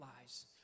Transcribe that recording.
lives